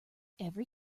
every